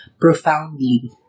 profoundly